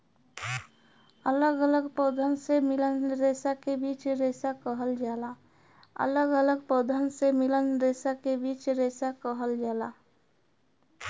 अलग अलग पौधन से मिलल रेसा के बीज रेसा कहल जाला